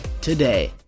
today